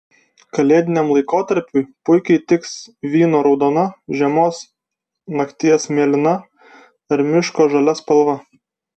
kalėdiniam laikotarpiui puikiai tiks vyno raudona žiemos nakties mėlyna ar miško žalia spalva